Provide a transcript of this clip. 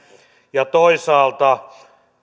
ja toisaalta